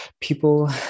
people